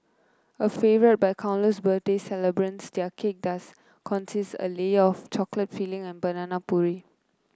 a favourite by countless birthday celebrants that cake does consist a layer of chocolate filling and banana puree